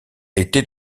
était